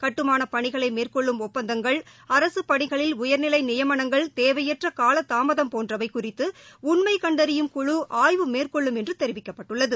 கட்டுமானப் பணிகளைமேற்கொள்ளும் ஒப்பந்தங்கள் அரசுப் பணிகளில் உயர்நிலைநியமனங்கள் தேவையற்றகாலதாமதம் போன்றவைகுறித்தஉண்மைகண்டறியும் குழு மேற்கொள்ளும் என்றுதெரிவிக்கப்பட்டுள்ளது